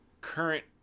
current